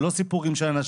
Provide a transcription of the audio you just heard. זה לא סיפורים של אנשים,